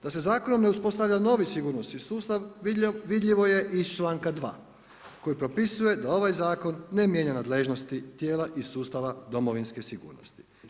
Da se zakonom ne uspostava novi sigurnosni sustav, vidljivo je iz čl.2. koji propisuje da ovaj zakon ne mijenja nadležnosti tijela iz sustava domovinske sigurnosti.